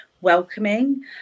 welcoming